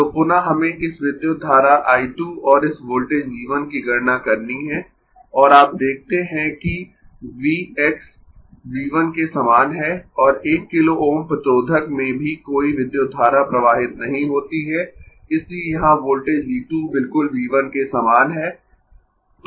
तो पुनः हमें इस विद्युत धारा I 2 और इस वोल्टेज V 1 की गणना करनी है और आप देखते है कि V x V 1 के समान है और 1 किलो Ω प्रतिरोधक में भी कोई विद्युत धारा प्रवाहित नहीं होती है इसलिए यहाँ वोल्टेज V 2 बिल्कुल V 1 के समान है